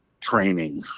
training